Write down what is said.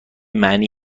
معنی